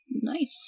nice